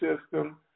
system